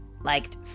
liked